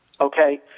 Okay